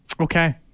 okay